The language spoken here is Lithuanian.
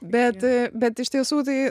bet bet iš tiesų tai